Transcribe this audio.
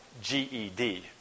GED